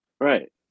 right